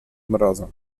mrozem